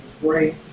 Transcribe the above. great